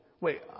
Wait